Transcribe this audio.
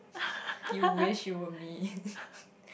you wish you were me